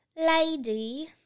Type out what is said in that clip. lady